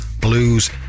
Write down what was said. Blues